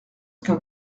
qu’un